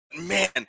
man